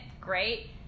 great